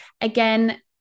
Again